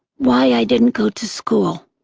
why i didn't go to school